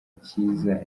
cyiza